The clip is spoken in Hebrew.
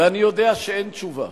ואני יודע שאין תשובה,